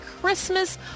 Christmas